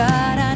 God